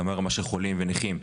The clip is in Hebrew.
גם ברמה של חולים ונכים,